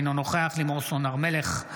אינו נוכח לימור סון הר מלך,